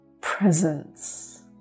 presence